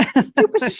Stupid